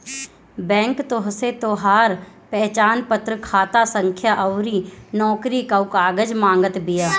bank तोहसे तोहार पहचानपत्र, खाता संख्या अउरी नोकरी कअ कागज मांगत बिया